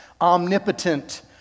omnipotent